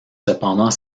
cependant